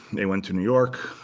they went to new york,